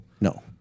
No